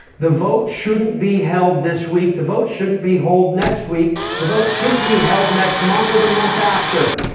the vote shouldn't be held this week. the votes shouldn't be hold next week. the vote shouldn't be held next month or the month after.